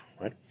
right